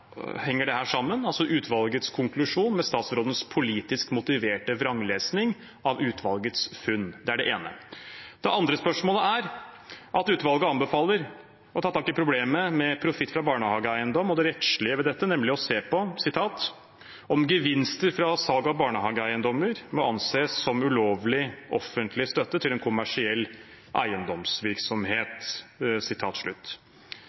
henger utvalgets konklusjon sammen med statsrådens politisk motiverte vranglesing av utvalgets funn? Det er det ene. Det andre spørsmålet er at utvalget anbefaler å ta tak i problemet med profitt fra barnehageeiendom og det rettslige ved dette, nemlig å se på «om gevinster fra salg av disse eiendommene må anses som ulovlig offentlig støtte til en kommersiell